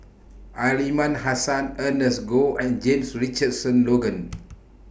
Aliman Hassan Ernest Goh and James Richardson Logan